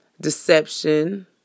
deception